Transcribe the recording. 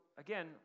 again